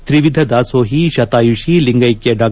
ತ್ರಿವಿಧ ದಾಸೋಹಿ ಶತಾಯುಷಿ ಲಿಂಗೈಕ್ಯ ಡಾ